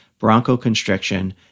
bronchoconstriction